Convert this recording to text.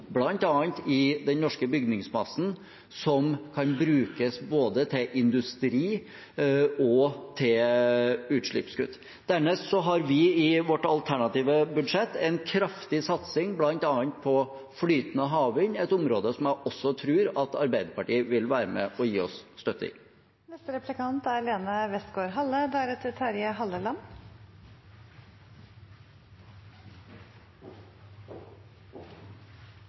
i den norske bygningsmassen, som kan brukes både til industri og til utslippskutt. Dernest har vi i vårt alternative budsjett en kraftig satsing på bl.a. flytende havvind, et område der jeg også tror Arbeiderpartiet vil være med og gi oss støtte. Sosialistisk Venstreparti hevder å være et klimaparti. Samtidig er